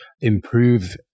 improve